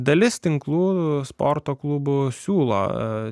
dalis tinklų sporto klubų siūlo